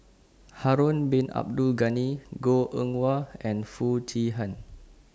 Harun Bin Abdul Ghani Goh Eng Wah and Foo Chee Han